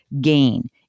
gain